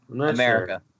America